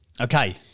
Okay